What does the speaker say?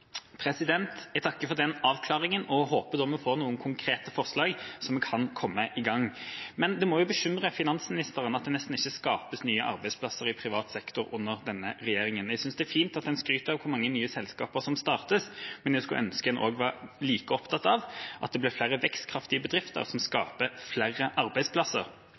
Jeg takker for den avklaringen og håper vi får noen konkrete forslag så vi kan komme i gang. Men det må jo bekymre finansministeren at det nesten ikke skapes nye arbeidsplasser i privat sektor under denne regjeringa. Jeg synes det er fint at en skryter av hvor mange nye selskaper som startes, men jeg skulle ønske en også var like opptatt av at det ble flere vekstkraftige bedrifter som skaper flere arbeidsplasser.